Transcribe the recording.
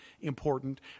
important